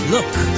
Look